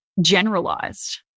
generalized